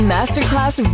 Masterclass